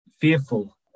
fearful